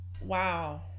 Wow